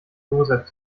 joseph